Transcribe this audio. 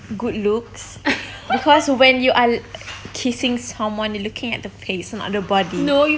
good looks because when you're kissing someone you're looking at the face not the body